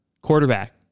quarterback